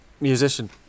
musician